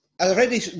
already